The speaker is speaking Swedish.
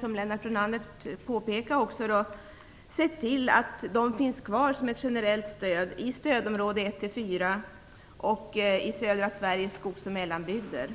Som Lennart Brunander påpekade finns de kvar som ett generellt stöd i stödområdena 1-4 och i södra Sveriges skogs och mellanbygder.